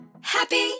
Happy